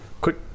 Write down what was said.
Quick